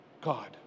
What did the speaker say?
God